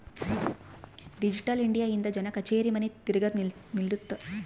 digital India ಇಂದ ಜನ ಕಛೇರಿ ಮನಿ ತಿರ್ಗದು ನಿಲ್ಲುತ್ತ